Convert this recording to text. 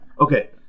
okay